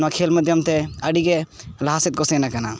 ᱱᱚᱣᱟ ᱠᱷᱮᱹᱞ ᱢᱟᱫᱽᱫᱷᱚᱢᱛᱮ ᱟᱹᱰᱤᱜᱮ ᱞᱟᱦᱟ ᱥᱮᱫ ᱠᱚ ᱥᱮᱱ ᱟᱠᱟᱱᱟ